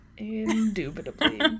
Indubitably